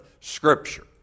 Scripture